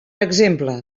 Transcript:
exemple